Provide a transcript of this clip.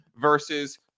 versus